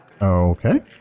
Okay